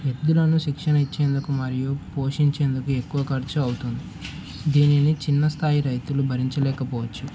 ఎద్దులకు శిక్షణ ఇచ్చేందుకు మరియు పోషించేందుకు ఎక్కువ ఖర్చు అవుతుంది దీనిని చిన్న స్థాయి రైతులు భరించలేకపోవచ్చు